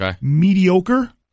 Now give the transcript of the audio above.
mediocre